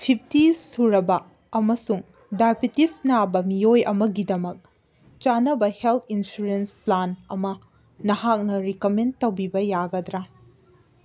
fifties ꯁꯨꯔꯥꯕ ꯑꯃꯁꯨꯡ diabetes ꯅꯥꯕ ꯃꯤꯑꯣꯏ ꯑꯃꯒꯤꯗꯃꯛ ꯆꯥꯟꯅꯕ ꯍꯦꯜꯠ ꯏꯟꯁꯨꯔꯦꯟꯁ ꯄ꯭ꯂꯥꯟ ꯑꯃ ꯅꯍꯥꯛꯅ ꯔꯤꯀꯃꯦꯟ ꯇꯧꯕꯤꯕ ꯌꯥꯒꯗ꯭ꯔꯥ